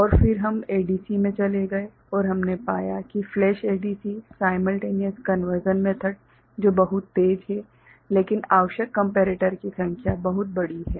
और फिर हम ADC में चले गए और हमने पाया कि flash ADC simultaneous conversion method जो बहुत तेज़ है लेकिन आवश्यक कम्पेरेटर की संख्या बहुत बड़ी है